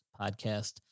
Podcast